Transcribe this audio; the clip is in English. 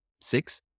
six